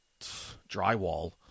drywall